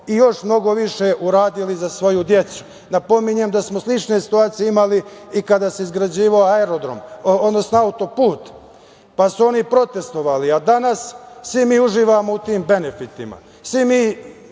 još mnogo više uradili za svoju decu. Napominjem da smo slične situacije imali i kada se izgrađivao aerodrom, odnosno autoput, pa su oni protestvovali, a danas svi mi uživamo u tim benefitima,